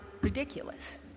ridiculous